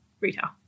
Retail